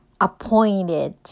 appointed